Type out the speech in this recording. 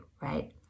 right